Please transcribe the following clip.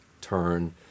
turn